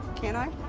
can i?